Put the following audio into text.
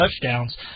touchdowns